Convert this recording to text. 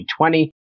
2020